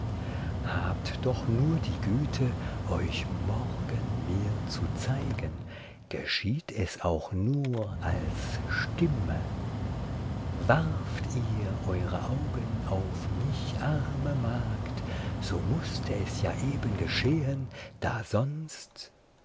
habt doch nur die güte euch morgen mir zu zeigen geschieht es auch nur als stimme warft ihr eure augen auf mich arme magd so mußte es ja eben geschehen da sonst